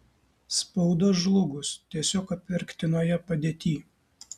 spauda žlugus tiesiog apverktinoje padėtyj